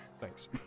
Thanks